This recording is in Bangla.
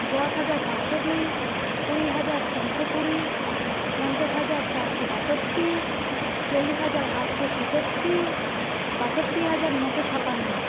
দশ হাজার পাঁচশো দুই কুড়ি হাজার তিনশো কুড়ি পঞ্চাশ হাজার চারশো বাষট্টি চল্লিশ হাজার আটশো ছেষট্টি বাষট্টি হাজার নশো ছাপ্পান্ন